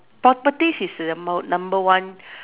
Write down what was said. properties is the mo~ number one